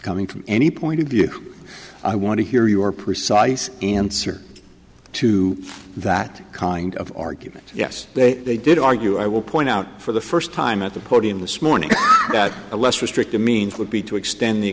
coming from any point of view i want to hear your precise answer to that kind of argument yes they they did argue i will point out for the first time at the podium this morning that a less restrictive means would be to extend the